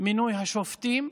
למינוי שופטים.